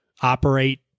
operate